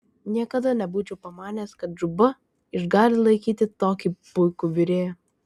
niekada nebūčiau pamanęs kad džuba išgali laikyti tokį puikų virėją